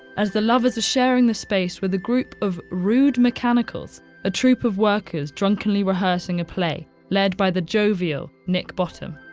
as the lovers are sharing the space with a group of rude mechanicals a troupe of workers drunkenly rehearsing a play, led by the jovial nick bottom.